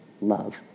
love